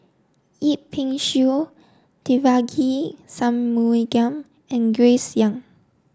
Yip Pin Xiu Devagi Sanmugam and Grace Young